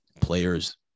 players